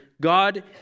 God